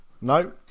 No